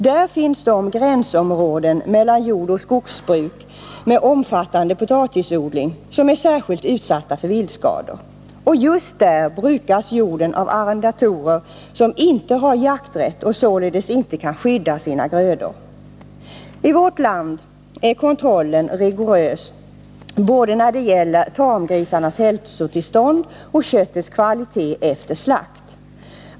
Där finns de gränsområden mellan jordoch skogsbruk med omfattande potatisodling som är särskilt utsatta för viltskador. Och just där brukas jorden av arrendatorer som inte har jakträtt och således inte kan skydda sina grödor. I vårt land är kontrollen rigorös när det gäller tamgrisarnas hälsotillstånd och köttets kvalitet efter slakt.